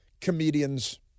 comedians